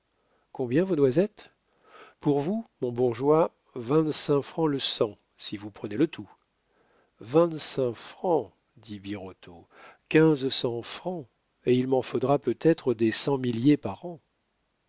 combien vos noisettes pour vous mon bourgeois vingt-cinq francs le cent si vous prenez le tout vingt-cinq francs dit birotteau quinze cents francs et il m'en faudra peut-être des cent milliers par an